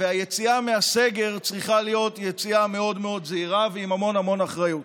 והיציאה מהסגר צריכה להיות יציאה מאוד מאוד זהירה ועם המון המון אחריות.